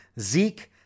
Zeke